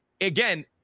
again